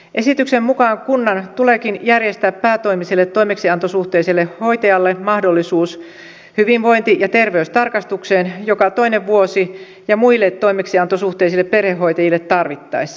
esityksen mukaan kunnan tuleekin järjestää päätoimiselle toimeksiantosuhteiselle hoitajalle mahdollisuus hyvinvointi ja terveystarkastukseen joka toinen vuosi ja muille toimeksiantosuhteisille perhehoitajille tarvittaessa